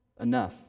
enough